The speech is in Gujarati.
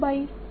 J